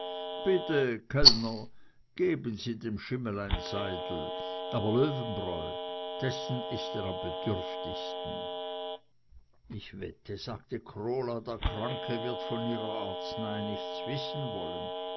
bitte kellner geben sie dem schimmel ein seidel aber löwenbräu dessen ist er am bedürftigsten ich wette sagte krola der kranke wird von ihrer arznei nichts wissen wollen